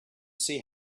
see